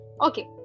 okay